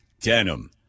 denim